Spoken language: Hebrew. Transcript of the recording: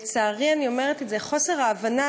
לצערי, אני אומרת את זה: חוסר ההבנה